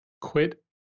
quit